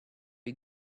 you